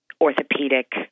orthopedic